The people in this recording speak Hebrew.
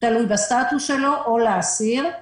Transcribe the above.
תלוי בסטטוס שלו, או לאסיר.